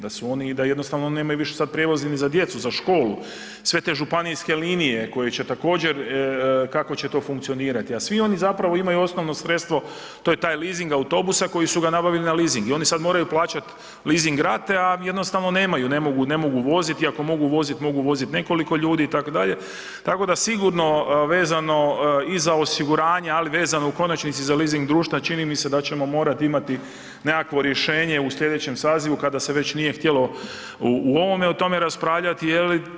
Da su oni, da jednostavno nemaju više sad prijevoz ni za djecu za školu, sve te županijske linije koje će također, kako će to funkcionirati, a svi oni zapravo imaju osnovno sredstvo, to je taj leasing autobusa koji su ga nabavili na leasing i oni sad moraju plaćati leasing rate, a jednostavno nemaju, ne mogu voziti, ako mogu voziti, mogu voziti nekoliko ljudi, itd., tako da sigurno vezano i za osiguranja, ali vezano i u konačnici za leasing društva, čini mi se da ćemo morati imati nekakvo rješenje u sljedećem sazivu, kada se već nije htjelo u ovome o tome raspravljati, je li.